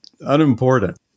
unimportant